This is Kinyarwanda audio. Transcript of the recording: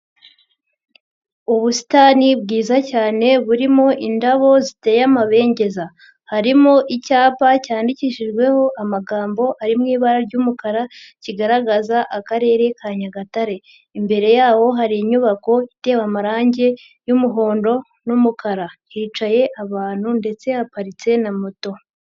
Ubusitani bwiza cyane burimo indabo ziteye amabengeza, harimo icyapa cyandikishijweho amagambo ari mu ibara ry'umukara, kigaragaza Akarere ka Nyagatare, imbere yaho hari inyubako itewe amarange y'umuhondo n'umukara, hicaye abantu ndetse haparitse na moto.